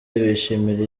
bishimira